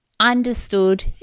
understood